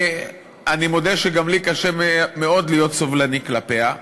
אני מודה שגם לי קשה מאוד להיות סובלני כלפיה,